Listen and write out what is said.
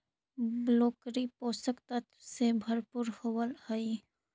broccoli पोषक तत्व से भरपूर होवऽ हइ